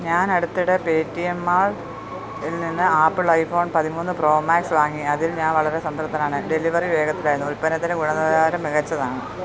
ഞാൻ അടുത്തിടെ പേടിഎം മാൾൽ നിന്ന് ആപ്പിൾ ഐ ഫോൺ പതിമൂന്ന് പ്രോ മാക്സ് വാങ്ങി അതിൽ ഞാൻ വളരെ സംതൃപ്തനാണ് ഡെലിവറി വേഗത്തിലായിരുന്നു ഉൽപ്പന്നത്തിൻ്റെ ഗുണനിലവാരം മികച്ചതാണ്